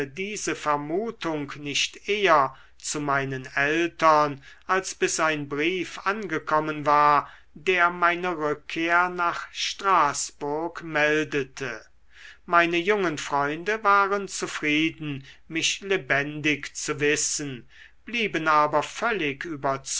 diese vermutung nicht eher zu meinen eltern als bis ein brief angekommen war der meine rückkehr nach straßburg meldete meine jungen freunde waren zufrieden mich lebendig zu wissen blieben aber völlig